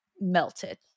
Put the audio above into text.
melted